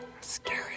Scary